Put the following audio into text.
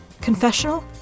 confessional